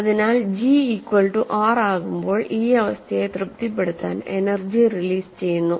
അതിനാൽ G equal to R ആകുമ്പോൾഈ അവസ്ഥയെ തൃപ്തിപ്പെടുത്താൻ എനർജി റിലീസ് ചെയ്യുന്നു